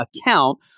account